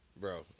Bro